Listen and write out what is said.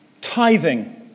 tithing